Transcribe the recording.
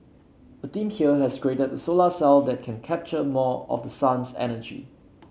a team here has created a solar cell that can capture more of the sun's energy